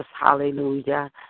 Hallelujah